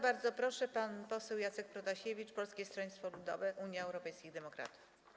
Bardzo proszę, pan poseł Jacek Protasiewicz, Polskie Stronnictwo Ludowe - Unia Europejskich Demokratów.